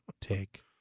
take